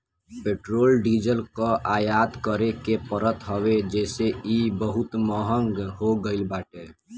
petrol diesel कअ आयात करे के पड़त हवे जेसे इ बहुते महंग हो गईल बाटे